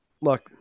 Look